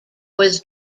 was